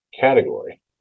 category